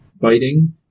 biting